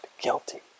guilty